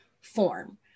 form